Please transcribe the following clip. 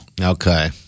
Okay